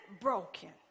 broken